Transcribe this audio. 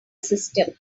system